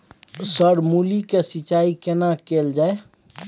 Sir मूली के सिंचाई केना कैल जाए?